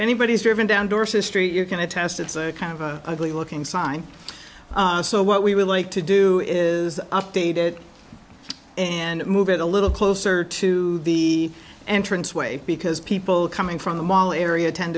anybody's driven down doors history you can attest it's kind of a clean looking sign so what we would like to do is update it and move it a little closer to the entrance way because people coming from the mall area tend